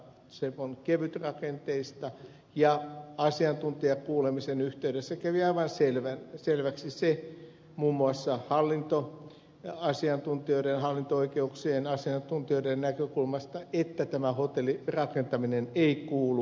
se on kevytrakenteista ja asiantuntijakuulemisen yhteydessä kävi aivan selväksi se muun muassa hallintoasiantuntijoiden ja hallinto oikeuksien asiantuntijoiden näkökulmasta että tämä hotellirakentaminen ei kuulu niiden poikkeuksien lukuun